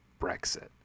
Brexit